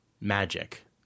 magic